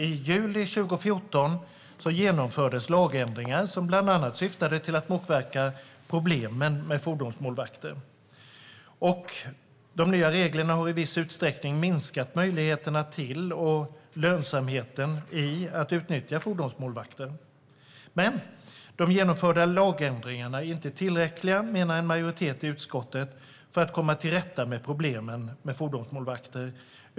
I juli 2014 genomfördes lagändringar som bland annat syftade till att motverka problemen med fordonsmålvakter. De nya reglerna har i viss utsträckning minskat möjligheterna till och lönsamheten i att utnyttja fordonsmålvakter. Men en majoritet i utskottet menar att de genomförda lagändringarna inte är tillräckliga för att komma till rätta med problemen med fordonsmålvakter.